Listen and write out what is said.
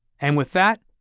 and with that,